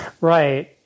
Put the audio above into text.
Right